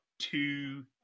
two